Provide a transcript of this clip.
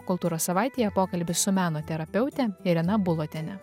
kultūros savaitėje pokalbis su meno terapeutė irena bulotienė